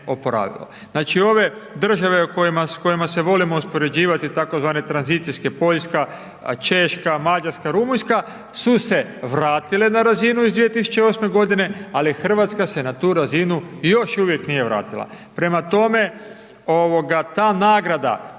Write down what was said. Znači ove države s kojima se volimo uspoređivati, tzv. tranzicijske, Poljska, Češka, Mađarska, Rumunjska su se vratile na razinu iz 2008. godine ali Hrvatska se na tu razinu još uvijek nije vratila. Prema tome, ta nagrada